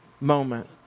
moment